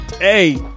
hey